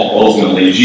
ultimately